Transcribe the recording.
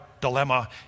dilemma